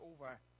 over